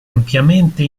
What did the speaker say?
ampiamente